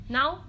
Now